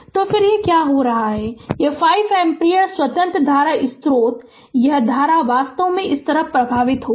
तो फिर क्या हो रहा है यह 5 एम्पीयर स्वतंत्र धारा स्रोत यह धारा वास्तव में इस तरह प्रसारित होगी